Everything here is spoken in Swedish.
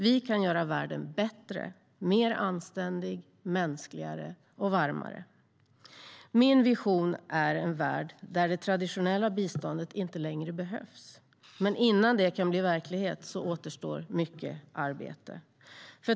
Vi kan göra världen bättre, mer anständig, mänskligare och varmare. Min vision är en värld där det traditionella biståndet inte längre behövs, men innan det kan bli verklighet återstår mycket arbete.